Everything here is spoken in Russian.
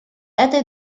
этой